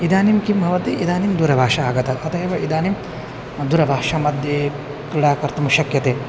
इदानीं किं भवति इदानीं दूरभाषा आगता अत एव इदानीं दूरभाषामध्ये क्रीडा कर्तुं शक्यते